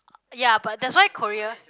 ya but that's why Korea